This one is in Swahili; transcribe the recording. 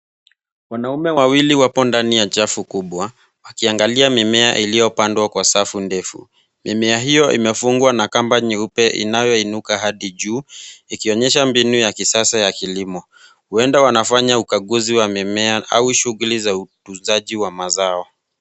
Wanaume wawili wapo ndani ya chafu kubwa wakiangalia mimea iliyopandwa kwa safu ndefu. Mimea hiyo imefungwa na kamba nyeupe inayoinuka hadi juu ikionyesha mbinu ya kisasa ya kilimo . Huenda wanafanya ukaguzi wa mimea au shughuli za utunzaji wa mazao.